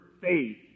faith